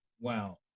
wow